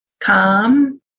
calm